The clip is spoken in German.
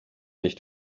nicht